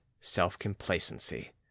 self-complacency